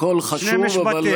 הכול חשוב, שני משפטים.